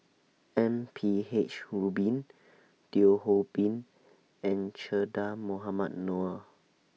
M P H Rubin Teo Ho Pin and Che Dah Mohamed Noor